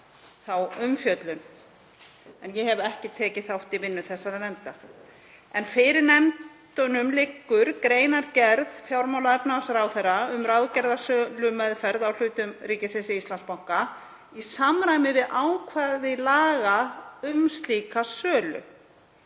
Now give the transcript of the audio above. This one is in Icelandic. þá umfjöllun en ég hef ekki tekið þátt í vinnu nefndanna. Fyrir nefndunum liggur greinargerð fjármála- og efnahagsráðherra um ráðgerða sölumeðferð á hlutum ríkisins í Íslandsbanka í samræmi við ákvæði laga um slíka sölu.